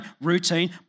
routine